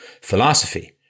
philosophy